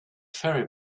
ferry